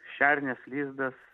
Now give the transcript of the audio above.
šernės lizdas